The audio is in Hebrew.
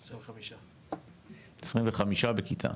25. 25 בכיתה,